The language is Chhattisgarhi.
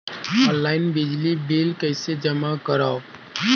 ऑनलाइन बिजली बिल कइसे जमा करव?